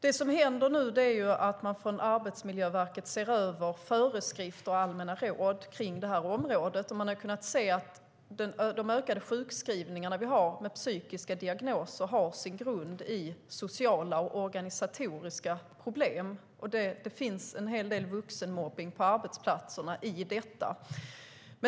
Det som händer nu är att man från Arbetsmiljöverket ser över föreskrifter och allmänna råd kring det här området. Man har kunnat se att de ökade sjukskrivningarna med psykiska diagnoser har sin grund i sociala och organisatoriska problem. Det finns en hel del vuxenmobbning på arbetsplatserna i detta.